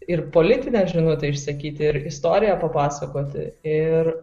ir politinę žinutę išsakyti ir istoriją papasakoti ir